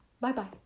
Bye-bye